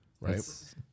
Right